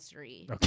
Okay